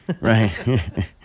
Right